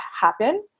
happen